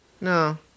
no